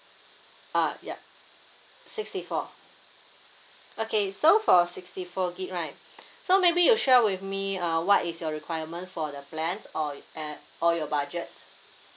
uh yup sixty four okay so for sixty four gigabytes right so maybe you share with me uh what is your requirement for the plans or and or your budget